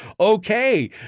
okay